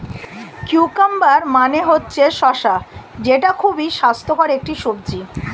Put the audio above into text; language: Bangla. কিউকাম্বার মানে হচ্ছে শসা যেটা খুবই স্বাস্থ্যকর একটি সবজি